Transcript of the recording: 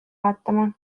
vaatama